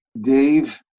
Dave